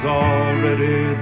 already